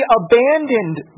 abandoned